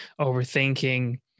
overthinking